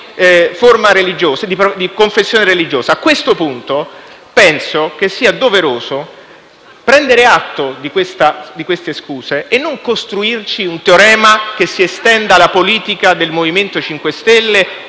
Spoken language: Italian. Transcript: tipo di confessione religiosa. A questo punto, penso che sia doveroso prendere atto di queste scuse e non costruirci un teorema che si estende alla politica del MoVimento 5 Stelle